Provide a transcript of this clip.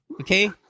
Okay